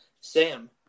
Sam